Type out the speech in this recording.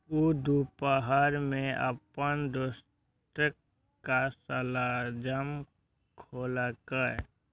ऊ दुपहर मे अपन दोस्तक घर शलजम खेलकै